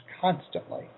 constantly